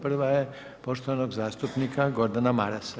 Prva je poštovanog zastupnika Gordana Marasa.